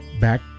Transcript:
back